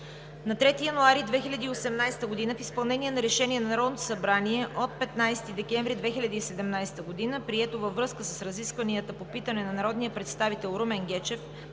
На 3 януари 2018 г. в изпълнение на решение на Народното събрание от 15 декември 2017 г., прието във връзка с разискванията по питане на народния представител Румен Гечев